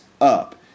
up